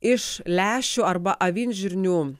iš lęšių arba avinžirnių